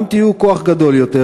גם תהיו כוח גדול יותר,